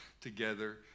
together